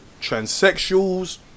Transsexuals